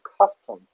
custom